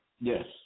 Yes